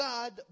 God